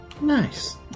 Nice